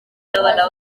n’abana